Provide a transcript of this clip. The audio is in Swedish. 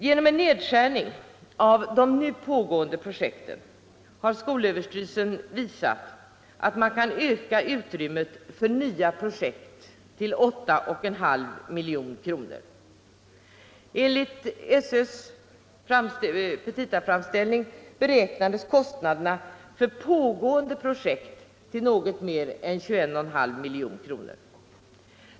Genom en nedskärning av de nu pågående projekten har skolöverstyrelsen visat att man kan öka utrymmet för nya projekt till 8,5 milj.kr. Enligt SÖ:s petitaframställning beräknades kostnaderna för pågående projekt till något mer än 21,5 milj.kr.